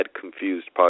Confused